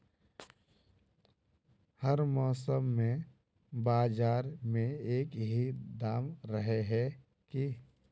हर मौसम में बाजार में एक ही दाम रहे है की?